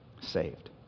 saved